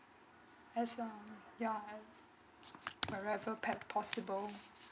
as uh ya possible